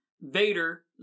Vader